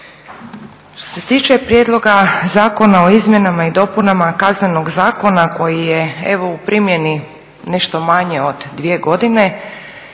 Što se tiče Prijedloga zakona o izmjenama i dopunama Kaznenog zakona koji je u primjeni nešto manje od dvije godine